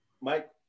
Mike